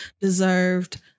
deserved